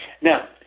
Now